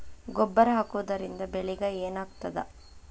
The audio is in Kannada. ಗೊಬ್ಬರ ಹಾಕುವುದರಿಂದ ಬೆಳಿಗ ಏನಾಗ್ತದ?